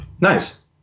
Nice